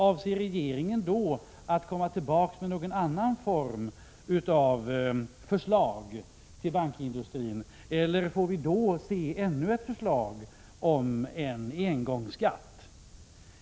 Avser regeringen då att komma tillbaka med någon annan form av förslag till bankindustrin, eller får vi se ännu ett förslag om en engångsskatt?